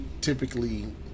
typically